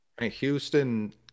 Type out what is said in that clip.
Houston